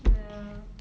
ya